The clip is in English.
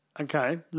Okay